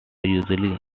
usually